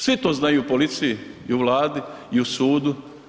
Svi to znaju, u policiji i u Vladu i u sudu.